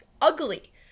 ugly